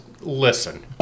Listen